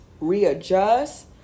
readjust